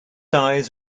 eyes